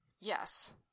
yes